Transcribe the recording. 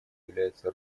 является